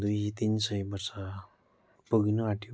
दुईतिन सय वर्ष पुग्नु आँट्यो